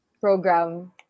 program